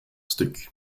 stuk